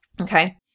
Okay